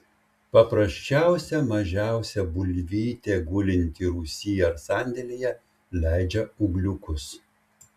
paprasčiausia mažiausia bulvytė gulinti rūsy ar sandėlyje leidžia ūgliukus